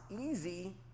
easy